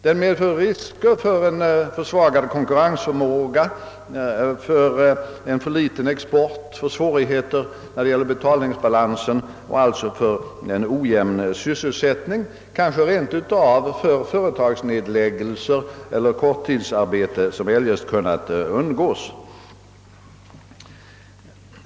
Den medför risker för en försvagad konkurrensförmåga, för en alltför liten export, för svårigheter när det gäller betalningsbalansen och alltså för en ojämn sysselsättning; kanske rent av för företagsnedläggelser eller korttidsarbete, som eljest kunnat undvikas.